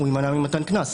הוא יימנע ממתן קנס.